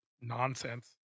nonsense